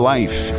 Life